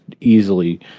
easily